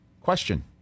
question